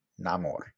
Namor